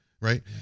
right